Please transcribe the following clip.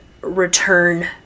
return